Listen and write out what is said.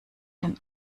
den